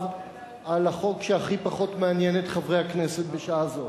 על החוק שהכי פחות מעניין את חברי הכנסת בשעה זו,